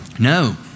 No